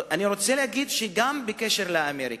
אני רוצה להגיד גם בקשר לאמריקה,